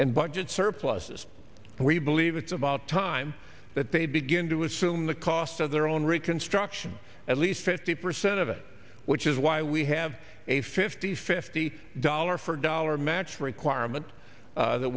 and budget surpluses and we believe it's about time that they begin to assume the cost of their own reconstruction at least fifty percent of it which is why we have a fifty fifty dollar for dollar match requirement